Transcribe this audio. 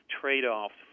trade-offs